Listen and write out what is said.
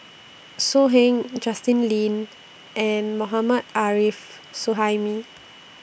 So Heng Justin Lean and Mohammad Arif Suhaimi